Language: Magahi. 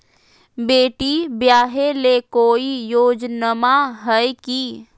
बेटी ब्याह ले कोई योजनमा हय की?